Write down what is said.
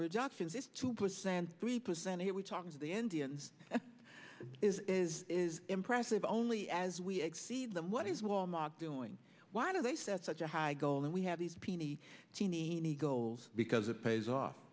reductions is two percent three percent it we're talking to the indians is is is impressive only as we exceed them what is wal mart doing why do they set such a high goal and we have these peny teeny tiny goals because it pays off